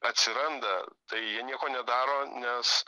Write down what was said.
atsiranda tai jie nieko nedaro nes